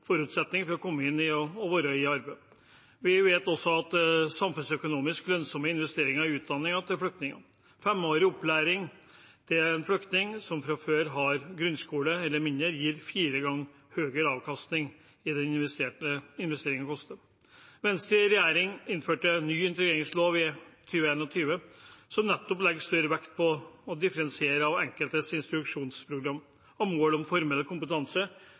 forutsetning for å komme inn i og være i arbeid. Vi vet også at det er en samfunnsøkonomisk lønnsom investering med utdanning til flyktninger. Femårig opplæring til en flyktning som fra før har grunnskole eller mindre, gir fire ganger høyere avkastning enn det investeringen kostet. Venstre i regjering innførte en ny integreringslov i 2021, som nettopp legger større vekt på å differensiere introduksjonsprogram for den enkelte og har mål om formell kompetanse